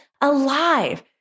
alive